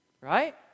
right